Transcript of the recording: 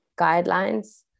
guidelines